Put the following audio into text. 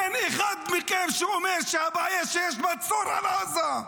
אין אחד מכם שאומר שהבעיה שיש מצור על עזה.